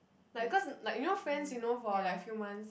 like cause mm like you know friends you know for like few months